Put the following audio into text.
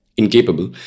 incapable